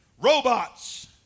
Robots